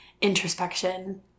introspection